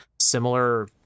Similar